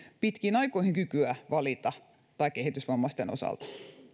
pitkiin aikoihin kykyä valita tai kehitysvammaisten osalta